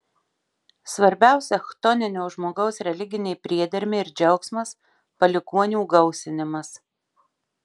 svarbiausia chtoninio žmogaus religinė priedermė ir džiaugsmas palikuonių gausinimas